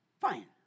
fine